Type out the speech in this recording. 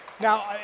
Now